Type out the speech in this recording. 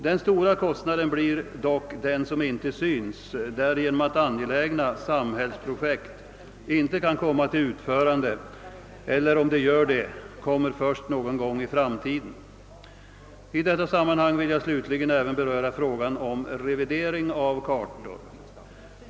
Den stora kostnaden syns dock inte, därigenom att angelägna samhällsprojekt inte kan utföras eller förskjutes till någon gång i framtiden. Slutligen vill jag beröra frågan om revidering av kartor.